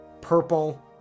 purple